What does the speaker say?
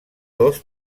dos